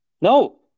No